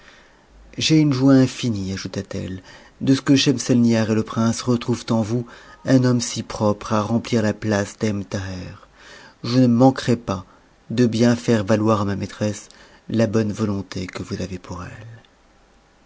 j'ai une joip infinie ajouta-t-elle de ce que schemselnihar et le prince retrouvent en vous un homme si propre à remplir la place d'ebn thaher je ne man querai pas de bien faire valoir à ma maîtresse la bonne volonté que vous avez pour elle